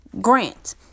grant